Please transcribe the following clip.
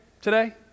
today